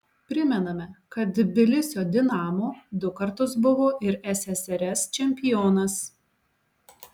primename kad tbilisio dinamo du kartus buvo ir ssrs čempionas